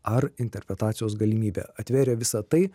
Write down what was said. ar interpretacijos galimybė atverė visą tai